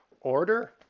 order